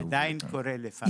עדיין קורה לפעמים.